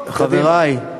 חברי,